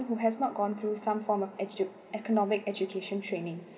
who has not gone through some form of edu~ economic education training